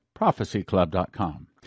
prophecyclub.com